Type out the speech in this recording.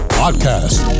podcast